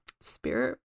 Spirit